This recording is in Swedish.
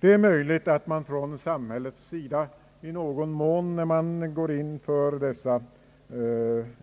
Det är möjligt att man från samhällets sida, när man går in för dessa